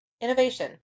Innovation